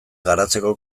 garatzeko